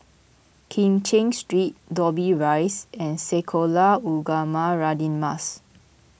Kim Cheng Street Dobbie Rise and Sekolah Ugama Radin Mas